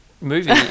movie